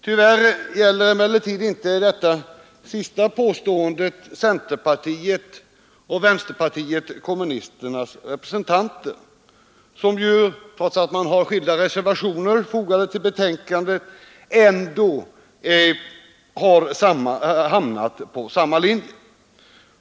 Tyvärr gäller emellertid inte det sista påståendet centerpartiets och vänsterpartiet kommunisternas representanter, som ju trots att de har skilda reservationer fogade vid betänkandet har kommit att följa samma linje.